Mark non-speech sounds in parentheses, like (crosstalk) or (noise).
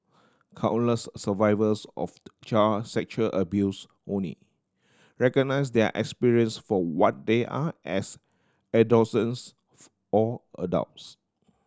countless survivors of (unintelligible) child sexual abuse only recognise their experience for what they are as (unintelligible) or adults